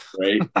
Right